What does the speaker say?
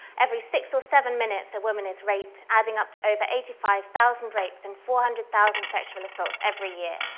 every six or seven minutes, a woman is raped, adding up to over eighty five thousand rapes and four hundred thousand sexual assaults every year.